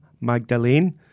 Magdalene